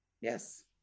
Yes